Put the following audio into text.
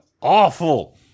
awful